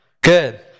Good